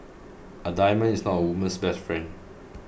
a diamond is not a woman's best friend